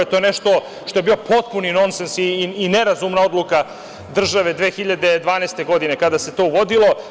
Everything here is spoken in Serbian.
To je nešto što je bio potpuni nonses i ne razumna odluka države 2012. godine, kada se to uvodilo.